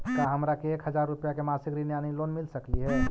का हमरा के एक हजार रुपया के मासिक ऋण यानी लोन मिल सकली हे?